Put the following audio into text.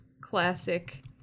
classic